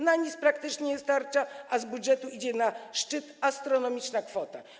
Na nic praktycznie nie starcza, a z budżetu idzie na szczyt astronomiczna kwota.